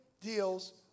deals